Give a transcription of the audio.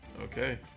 Okay